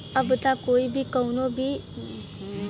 अब त कोई भी कउनो सामान बाजार के दाम पे नाहीं बेचलन